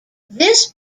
this